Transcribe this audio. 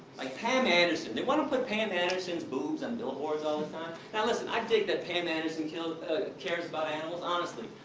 like pam anderson, they wanna put pam anderson's boobs on billboard all the time. now, listen, i dig that pam anderson cares about but animals, honestly.